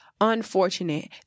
unfortunate